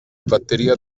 batteria